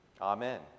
amen